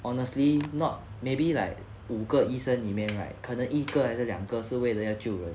honestly not maybe like 五个医生里面 right 可能一个还是两个是为了要救人